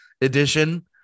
edition